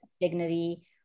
dignity